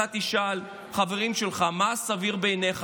אם תשאל חברים שלך: מה סביר בעיניך,